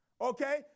Okay